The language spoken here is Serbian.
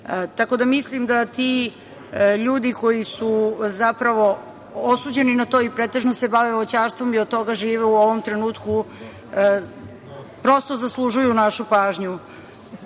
da mislim da ti ljudi koji su zapravo osuđeni na to i pretežno se bave voćarstvom i od toga žive u ovom trenutku prosto zaslužuju našu pažnju